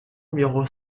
numéro